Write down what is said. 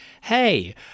hey